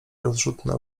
rozrzutne